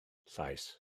llaes